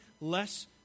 less